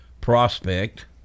prospect